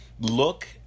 look